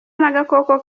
n’agakoko